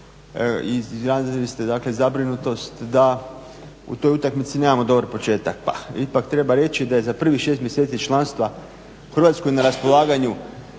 ste dakle zabrinutost da u toj utakmici nemamo dobar početak. Pa ipak treba reći da je za prvih šest mjeseci članstva u Hrvatskoj na raspolaganju